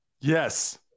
Yes